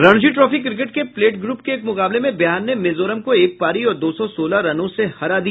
Ranji trophy cricket के plate group के एक मुकाबले में बिहार ने मिजोरम को एक पारी और दो सौ सोलह रनों से हरा दिया